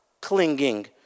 clinging